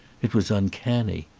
it was uncanny.